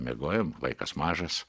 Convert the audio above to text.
miegojom vaikas mažas